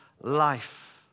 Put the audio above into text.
life